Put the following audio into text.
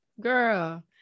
girl